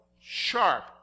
sharp